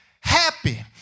happy